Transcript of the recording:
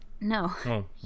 No